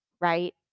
right